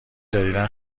جدیدا